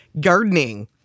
Gardening